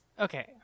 Okay